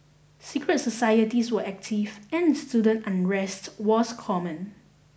secret societies were active and student unrest was common